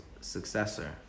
successor